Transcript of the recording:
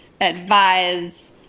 advise